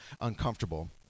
uncomfortable